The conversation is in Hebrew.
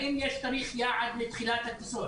האם יש תאריך יעד לתחילת הטיסות?